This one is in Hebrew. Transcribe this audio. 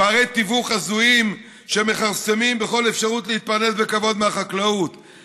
פערי תיווך הזויים שמכרסמים בכל אפשרות להתפרנס בכבוד מהחקלאות,